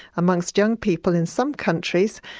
amongst young people in some countries,